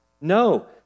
No